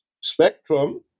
Spectrum